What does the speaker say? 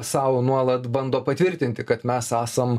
sau nuolat bando patvirtinti kad mes esam